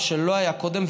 מה שלא היה קודם,